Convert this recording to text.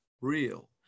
real